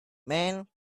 man